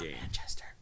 Manchester